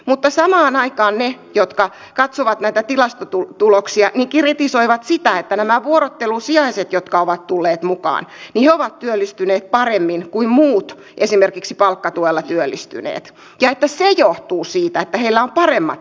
mutta samaan aikaan he jotka katsovat näitä tilastotuloksia kritisoivat sitä että nämä vuorottelusijaiset jotka ovat tulleet mukaan ovat työllistyneet paremmin kuin muut esimerkiksi palkkatuella työllistyneet ja että se johtuu siitä että heillä on paremmat lähtökohdat